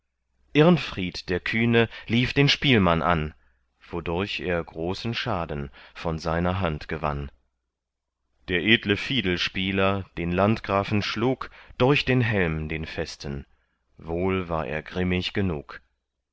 irnfried der kühne lief den spielmann an wodurch er großen schaden von seiner hand gewann der edle fiedelspieler den landgrafen schlug durch den helm den festen wohl war er grimmig genug